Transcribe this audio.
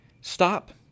Stop